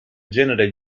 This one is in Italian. genere